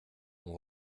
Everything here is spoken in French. ont